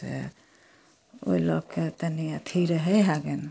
से ओहि लऽके तनि अथी रहै हइ गेन